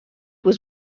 was